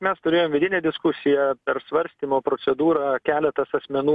mes turėjom vidinę diskusiją per svarstymo procedūrą keletas asmenų